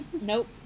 Nope